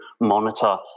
monitor